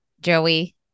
Joey